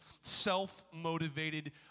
self-motivated